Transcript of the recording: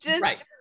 right